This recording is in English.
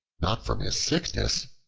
not from his sickness,